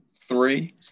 three